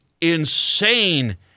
insane